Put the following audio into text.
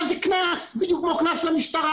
אחרי הידיינות בעירייה ואחרי שהעירייה עשתה את כל ההליכים.